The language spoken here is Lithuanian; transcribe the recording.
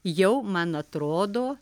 jau man atrodo